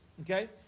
okay